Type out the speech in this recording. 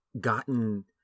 gotten